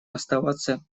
оставаться